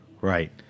right